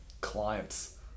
clients